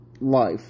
life